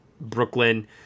Brooklyn